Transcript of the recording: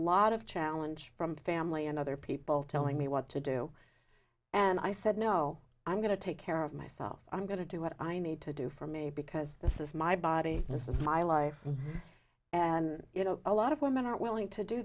lot of challenge from family and other people telling me what to do and i said no i'm going to take care of myself i'm going to do what i need to do for me because this is my body this is my life and you know a lot of women are willing to do